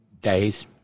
days